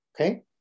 Okay